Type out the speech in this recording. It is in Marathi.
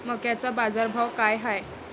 मक्याचा बाजारभाव काय हाय?